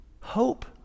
hope